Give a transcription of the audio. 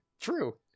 True